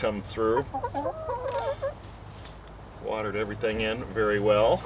come through watered everything in very well